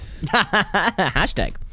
Hashtag